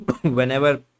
whenever